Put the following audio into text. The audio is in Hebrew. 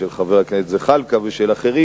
של חבר הכנסת זחאלקה ושל אחרים,